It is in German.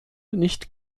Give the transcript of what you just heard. nicht